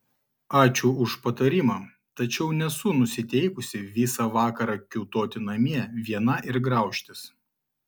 ačiū už patarimą tačiau nesu nusiteikusi visą vakarą kiūtoti namie viena ir graužtis